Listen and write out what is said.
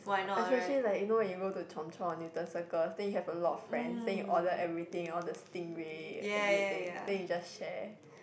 s~ especially like you know when you go to chomp-chomp or Newton Circus then you have a lot of friends then you order everything all the stingray everything then you just share